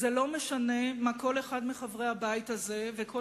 ולא משנה מה כל אחד מחברי הבית הזה וכל